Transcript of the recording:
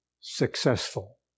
successful